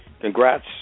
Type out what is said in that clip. Congrats